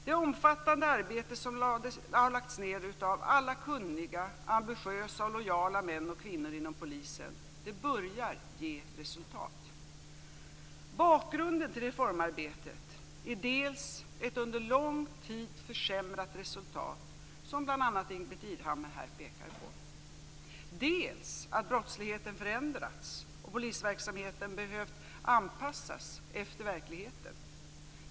Det omfattande arbete som har lagts ned av alla kunniga, ambitiösa och lojala män och kvinnor inom polisen börjar ge resultat. Bakgrunden till reformarbetet är dels ett under lång tid försämrat resultat, som bl.a. Ingbritt Irhammar här pekar på, dels att brottsligheten förändrats och polisverksamheten behövt anpassas efter verkligheten.